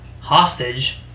hostage